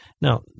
Now